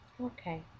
Okay